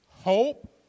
Hope